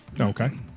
Okay